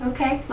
Okay